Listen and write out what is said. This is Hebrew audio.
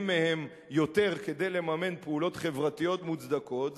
מהם יותר כדי לממן פעולות חברתיות מוצדקות,